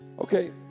Okay